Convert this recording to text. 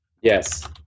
Yes